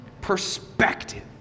perspective